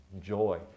joy